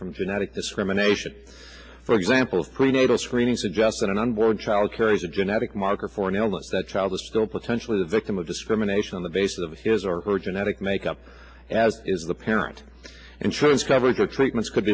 from genetic discrimination for example prenatal screening suggests an unborn child carries a genetic marker for an element that child is still potentially the victim of discrimination on the basis of his or her genetic makeup as is the parent insurance coverage or treatments could